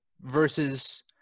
versus